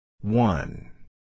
One